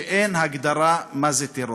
שאין הגדרה לטרור,